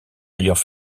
ailleurs